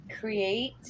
create